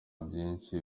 byinshi